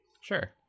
Sure